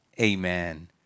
amen